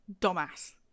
dumbass